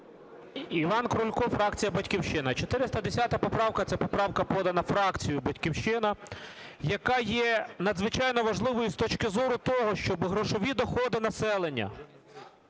Іван Крулько, фракція "Батьківщина". 410 поправка, це поправка, подана фракцією "Батьківщина", яка є надзвичайно важливою з точки зору того, щоб грошові доходи населення